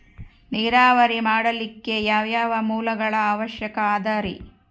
ನೇರಾವರಿ ಮಾಡಲಿಕ್ಕೆ ಯಾವ್ಯಾವ ಮೂಲಗಳ ಅವಶ್ಯಕ ಅದರಿ?